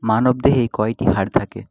মানবদেহে কয়টি হাড় থাকে